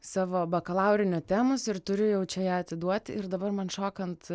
savo bakalaurinio temos ir turiu jau čia ją atiduoti ir dabar man šokant